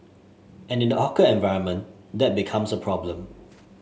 and in the hawker environment that becomes a problem